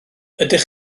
ydych